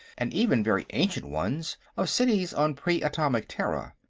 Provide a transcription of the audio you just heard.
and even very ancient ones of cities on pre-atomic terra.